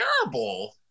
terrible